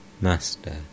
Master